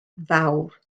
fawr